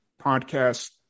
podcast